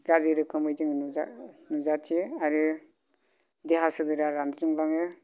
गाज्रि रोखोमै जोङो नुजायो नुजाथियो आरो देहा सोलेरा रानज्रिंलाङो